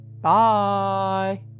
Bye